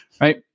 right